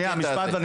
בסדר?